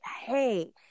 Hey